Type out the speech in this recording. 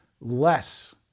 less